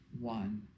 one